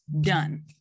done